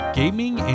gaming